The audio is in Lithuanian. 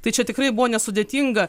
tai čia tikrai buvo nesudėtinga